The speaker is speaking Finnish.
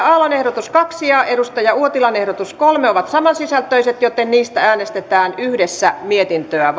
aallon ehdotus kaksi ja kari uotilan ehdotus kolme ovat saman sisältöiset joten niistä äänestetään yhdessä mietintöä